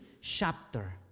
chapter